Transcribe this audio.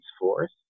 force